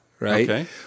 Right